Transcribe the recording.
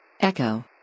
Echo